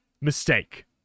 Mistake